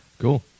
cool